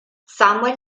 samuel